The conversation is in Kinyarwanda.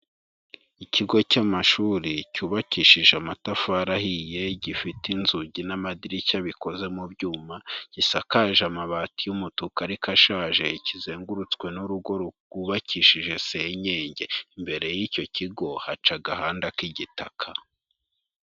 Ikigo cy'amashuri cyubakishije amatafari ahiye, gifite inzugi n'amadirishya bikoze mu byuma, gisakaje amabati y'umutuku ariko ashaje, kizengurutswe n'urugo rwubakishije senyege, imbere y'icyo kigo haca agahanda k'igitaka.